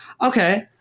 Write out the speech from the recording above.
okay